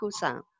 Cousin